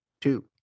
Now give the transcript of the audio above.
two